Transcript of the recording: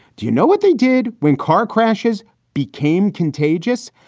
do you know what they did when car crashes became contagious?